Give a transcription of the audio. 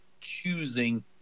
choosing